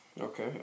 Okay